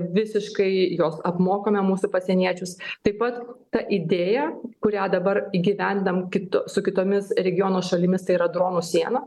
visiškai juos apmokome mūsų pasieniečius taip pat ta idėja kurią dabar įgyvendinam kitu su kitomis regiono šalimis tai yra dronų siena